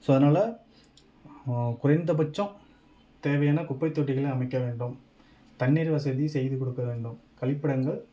so அதனால குறைந்தபட்சம் தேவையான குப்பைத்தொட்டிகளை அமைக்க வேண்டும் தண்ணீர் வசதி செய்து கொடுக்க வேண்டும் கழிப்பிடங்கள்